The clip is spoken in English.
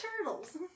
turtles